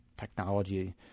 technology